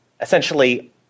essentially